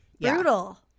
brutal